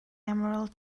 emerald